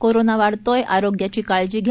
corona वाढतोय आरोग्याची काळजी घ्या